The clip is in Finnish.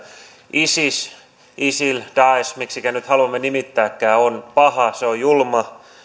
isis isil daesh miksikä nyt haluamme nimittääkään on paha se on julma